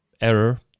error